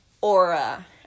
aura